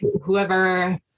whoever